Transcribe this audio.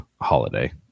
holiday